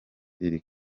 iri